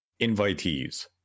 invitees